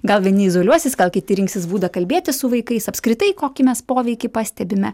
gal vieni izoliuosis gal kiti rinksis būdą kalbėtis su vaikais apskritai kokį mes poveikį pastebime